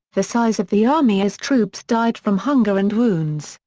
the size of the army as troops died from hunger and wounds,